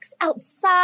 outside